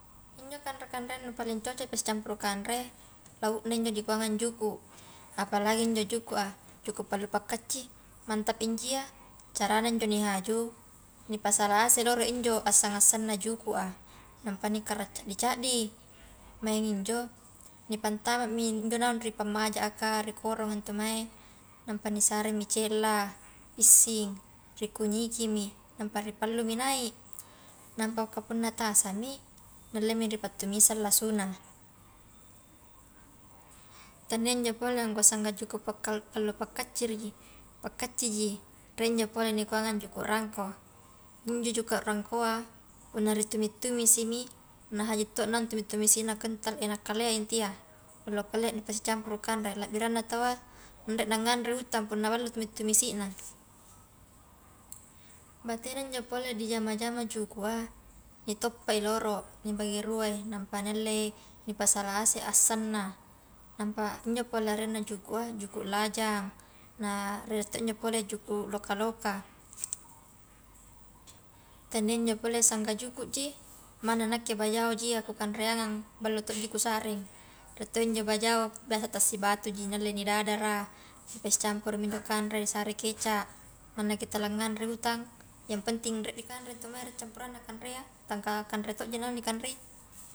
Injo kanre-kanrea nu paling sicocok nipasicampuru kanre laukna injo nikuanganga juku, apalagi injo jukua juku pallu pakkacci, mantap injo ia, carana injo nihaju dipasala doro injo assang-assangna jukua, nampa nikarra caddi-caddi, maing injo nipantama mi injo naung ni pammaja a kah ri koronga ntu mae nampa nisaremi cella, pissing rikunyikimi, napa nipallumi naik, nampa kapunna tasami, niallemi ni pattumisang lasuna, tania injo pole kua sangga juku pakkal kallo pakkaciriji, pakkajici rie njo pole nikuangang juku rangko, injo juku rangkoa punna ritumi-tumisimi na haji to naung tumi-tumisina kentah ena kaleai intu iya, ballo kalea nipasi campuru kanre, labbiranna taua anre nganre uta punna ballomi tumi-tumisina, batena njo pole dijama-jama jukua nitoppa i loro, nibagi duai nipasala ase assanna, nampa injo pole arenna juku a juku lajang, na ria to injo pole juku loka-loka, tania injo pole sangga jukuji, manna nakke bajaoji iya kukanreangan ballo to ji kusaring, rie injo bajao biasa tasibatuji nialle ni dadara, pasi campurumi injo kanre sarei kecap, mannaki tala nganre utang yang penting rie dikanre ntu mae nicampuranna kanrea tangka kanre to ji naung ni kanrei.